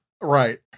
Right